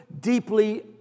deeply